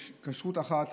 יש כשרות אחת,